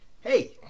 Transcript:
Hey